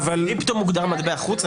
קריפטו מוגדר מטבע חוץ?